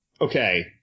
Okay